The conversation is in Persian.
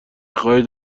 خواهید